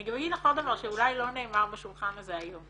אני גם אגיד לך עוד דבר שאולי לא נאמר בשולחן הזה היום.